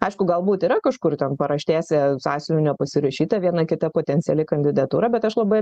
aišku galbūt yra kažkur ten paraštėse sąsiuvinio pasirašyta viena kita potenciali kandidatūra bet aš labai